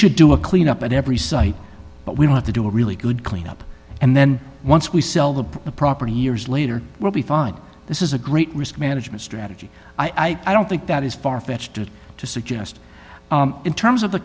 should do a clean up at every site but we want to do a really good clean up and then once we sell the property years later we'll be fine this is a great risk management strategy i don't think that is far fetched to suggest in terms of the